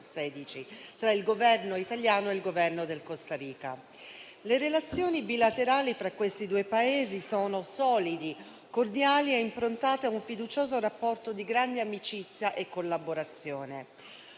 fra il Governo italiano e il Governo della Costa Rica. Le relazioni bilaterali fra questi due Paesi sono solide, cordiali e improntate a un fiducioso rapporto di grande amicizia e collaborazione.